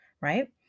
right